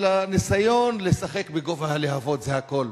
אלא של ניסיון לשחק בגובה הלהבות, זה הכול.